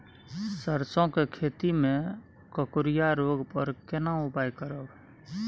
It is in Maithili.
सरसो के खेती मे कुकुरिया रोग पर केना उपाय करब?